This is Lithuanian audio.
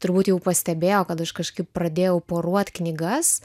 turbūt jau pastebėjo kad aš kažkaip pradėjau poruot knygas